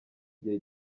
gihe